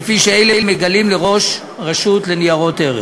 כפי שאלה מגלים לראש רשות ניירות ערך.